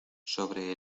sobre